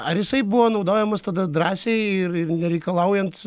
ar jisai buvo naudojamas tada drąsiai ir ir nereikalaujant